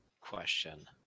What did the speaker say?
question